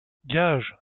gage